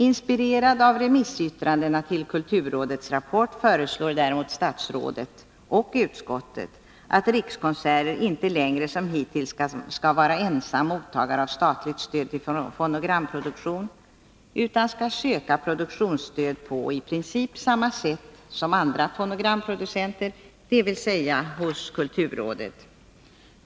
Inspirerade av remissyttrandena till kulturrådets rapport föreslår däremot statsrådet och utskottet att Rikskonserter inte längre som hittills skall vara ensam mottagare av statligt stöd till fonogramproduktion utan skall söka produktionsstöd på i princip samma sätt som andra fonogramproducenter, dvs. hos kulturrådet.